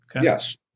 Yes